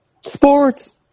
Sports